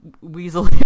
weasel